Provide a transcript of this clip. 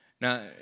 Now